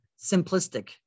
simplistic